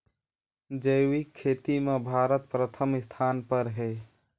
जैविक खेती म भारत प्रथम स्थान पर हे